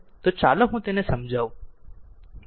તો ચાલો હું તેને સમજાવું